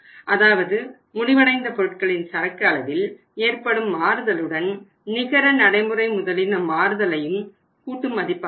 அதாவது முடிவடைந்த பொருட்களின் சரக்கு அளவில் ஏற்படும் மாறுதலுடன் நிகர நடைமுறை முதலின் மாறுதலையும் கூட்டுமதிப்பாகும்